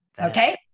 Okay